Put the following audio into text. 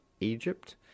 Egypt